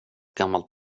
gammalt